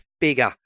bigger